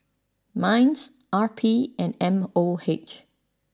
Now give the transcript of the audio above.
Minds R P and M O H